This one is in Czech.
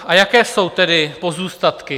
A jaké jsou tedy pozůstatky?